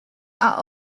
are